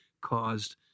caused